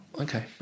Okay